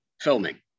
filming